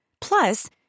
Plus